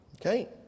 Okay